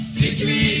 victory